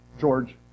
George